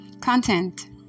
Content